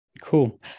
cool